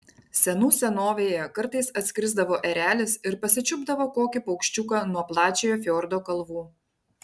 senų senovėje kartais atskrisdavo erelis ir pasičiupdavo kokį paukščiuką nuo plačiojo fjordo kalvų